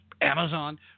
Amazon